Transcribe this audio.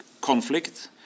conflict